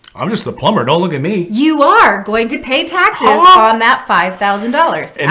i'm just the plumber. don't look at me. you are going to pay taxes on that five thousand dollars. and